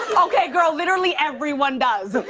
okay, girl, literally everyone does.